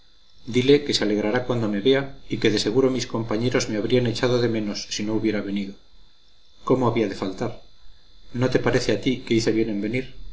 dile que se alegrará cuando me vea y que de seguro mis compañeros me habrían echado de menos si no hubiera venido cómo había de faltar no te parece a ti que hice bien en venir